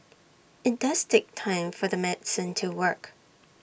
IT does take time for the medicine to work